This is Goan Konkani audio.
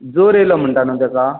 जोर आयलो म्हणटा न्हय ताका